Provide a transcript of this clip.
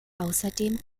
außerdem